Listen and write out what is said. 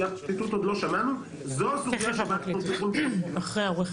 את נציגי הפרקליטות עוד לא שמענו,